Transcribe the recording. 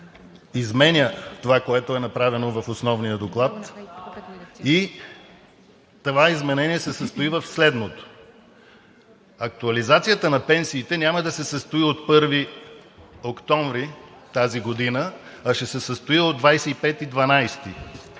изменя това, което е направено в основния доклад, и това изменение се състои в следното: актуализацията на пенсиите няма да се състои от 1 октомври тази година, а ще се състои от 25